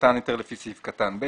ובמתן היתר לפי סעיף קטן (ב),